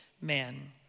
man